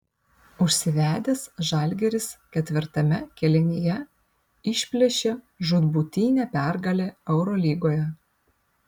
užsivedęs žalgiris ketvirtame kėlinyje išplėšė žūtbūtinę pergalę eurolygoje